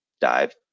dive